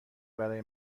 برای